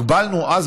הגבלנו אז,